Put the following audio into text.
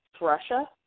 Russia